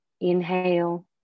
Inhale